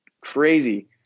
Crazy